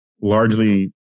largely